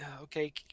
Okay